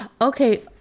Okay